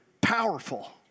powerful